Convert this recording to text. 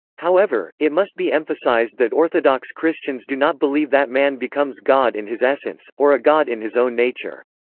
however, it must be emphasized that orthodox christians do not believe that man becomes god in his essence, or a god in his own nature.